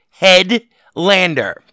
Headlander